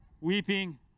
weeping